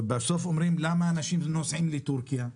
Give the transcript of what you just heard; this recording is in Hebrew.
בסוף שואלים: למה אנשים נוסעים לטורקיה?